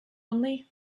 lonely